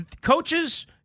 coaches